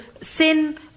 sin